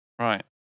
Right